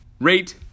rate